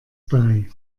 bei